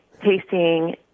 tasting